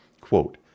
Quote